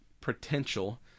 potential